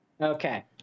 okay